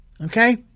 Okay